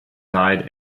died